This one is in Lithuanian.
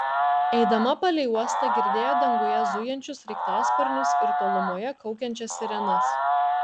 eidama palei uostą girdėjo danguje zujančius sraigtasparnius ir tolumoje kaukiančias sirenas